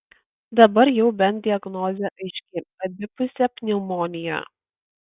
dabar jau bent diagnozė aiški abipusė pneumonija